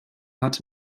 hat